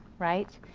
right.